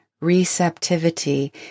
receptivity